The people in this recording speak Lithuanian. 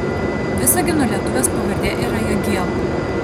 visagino lietuvės pavardė yra jagielo